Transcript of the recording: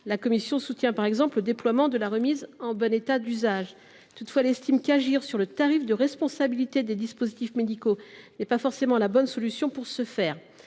La commission soutient par exemple le déploiement de la remise en bon état d’usage. J’estime toutefois qu’agir sur le tarif de responsabilité des dispositifs médicaux n’est pas la bonne solution. L’assurance